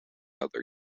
other